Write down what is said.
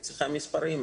צריכה מספרים,